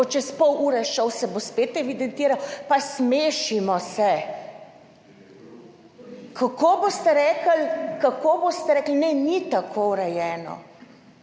bo čez pol ure šel, se bo spet evidentiral. Pa smešimo se. Kako boste rekli, ne, ni tako urejeno,